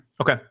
Okay